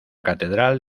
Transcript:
catedral